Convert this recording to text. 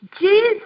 Jesus